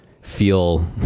feel